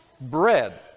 bread